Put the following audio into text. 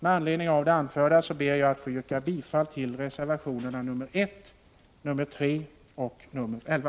Med anledning av det anförda ber jag att få yrka bifall till reservationerna nr 1, 3 och 11.